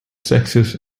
sexes